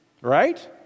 Right